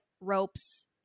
ropes